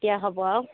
এতিয়া হ'ব আউ